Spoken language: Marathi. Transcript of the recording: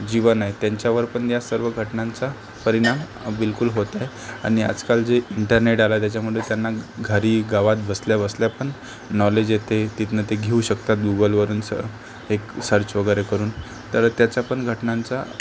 जीवन आहे त्यांच्यावर पण या सर्व घटनांचा परिणाम बिलकुल होत आहे आणि आजकाल जे इंटरनेट आला आहे त्याच्यामुळे त्यांना घरी गावात बसल्या बसल्या पण नॉलेज येते जिथनं ते घेऊ शकतात गुगलवरून स एक सर्च वगैरे करून तर त्याचा पण घटनांचा